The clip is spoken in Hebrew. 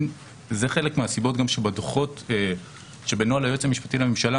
אלה חלק מהסיבות גם שבנוהל היועץ המשפטי לממשלה